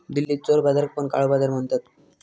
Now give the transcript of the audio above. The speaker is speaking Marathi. दिल्लीत चोर बाजाराक पण काळो बाजार म्हणतत